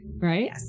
Right